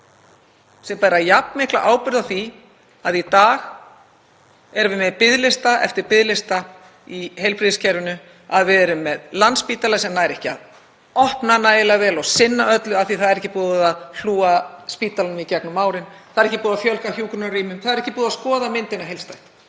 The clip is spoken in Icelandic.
Þeir bera jafn mikla ábyrgð á því að í dag erum við með biðlista eftir biðlista í heilbrigðiskerfinu, við erum með Landspítala sem nær ekki að opna nægilega vel og sinna öllu af því að það er ekki búið að hlúa að spítalanum í gegnum árin. Það er ekki búið að fjölga hjúkrunarrýmum, það er ekki búið að skoða myndina heildstætt.